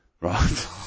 Right